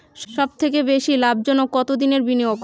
সবথেকে বেশি লাভজনক কতদিনের বিনিয়োগ?